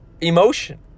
emotion